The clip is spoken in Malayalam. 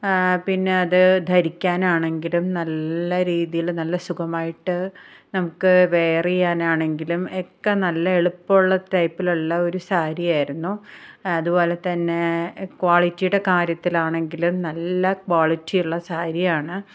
പിന്നെ അത് ധരിക്കാനാണെങ്കിലും നല്ല രീതിയിൽ നല്ല സുഖമായിട്ട് നമുക്ക് വെയർ ചെയ്യാനാണെങ്കിലും ഒക്കെ നല്ല എളുപ്പമുള്ള ടൈപ്പിലുള്ള ഒരു സാരിയായിരുന്നു അതുപോലെത്തന്നെ ക്വാളിറ്റിയുടെ കാര്യത്തിലാണെങ്കിലും നല്ല ക്വാളിറ്റിയുള്ള സാരിയാണ്